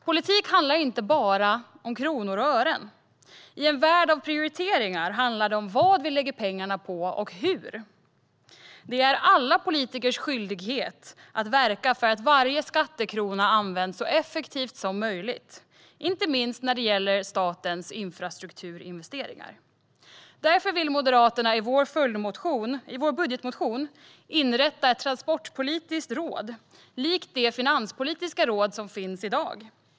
Politik handlar inte bara om kronor och ören. I en värld av prioriteringar handlar det om vad vi lägger pengarna på och hur. Det är alla politikers skyldighet att verka för att varje skattekrona används så effektivt som möjligt. Inte minst gäller detta statens infrastrukturinvesteringar. Därför vill vi i Moderaterna i vår budgetmotion inrätta ett transportpolitiskt råd likt det finanspolitiska råd som finns i dag.